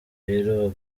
rero